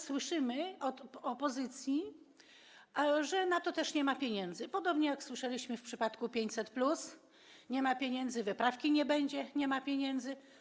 Słyszymy od opozycji, że na to też nie ma pieniędzy, podobnie jak słyszeliśmy w przypadku 500+, że nie ma pieniędzy, czy wyprawki, że nie będzie i nie ma pieniędzy.